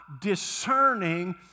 discerning